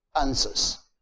answers